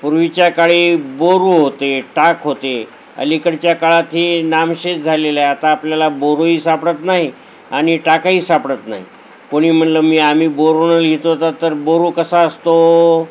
पूर्वीच्या काळी बोरू होते टाक होते अलीकडच्या काळात ही नामशेष झालेलं आहे आता आपल्याला बोरूही सापडत नाही आणि टाकाही सापडत नाही कोणी म्हणलं मी आम्ही बोरून लिहितो तर बोरू कसा असतो